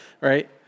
right